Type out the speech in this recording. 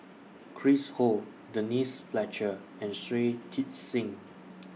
Chris Ho Denise Fletcher and Shui Tit Sing